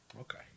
Okay